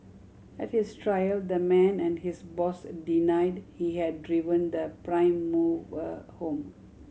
at his trial the man and his boss denied he had driven the prime mover home